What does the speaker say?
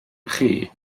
chi